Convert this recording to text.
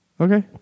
Okay